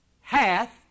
Hath